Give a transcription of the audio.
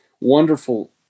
wonderful